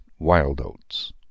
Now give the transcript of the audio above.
Wildoats